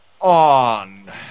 on